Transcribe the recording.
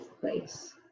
place